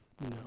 No